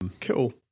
cool